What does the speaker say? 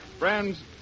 Friends